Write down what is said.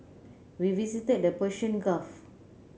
we visited the Persian Gulf